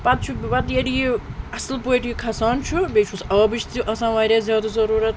پَتہٕ چھُ پَتہٕ ییٚلہِ یہِ اصٕل پٲٹھۍ یہِ کھَسان چھُ بیٚیہِ چھُس آبٕچۍ تہِ آسان واریاہ زیادٕ ضروٗرت